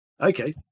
Okay